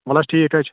وَلہٕ حظ ٹھیٖک حظ چھِ